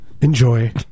enjoy